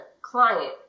client